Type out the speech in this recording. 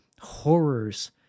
horrors